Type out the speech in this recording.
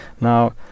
Now